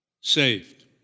saved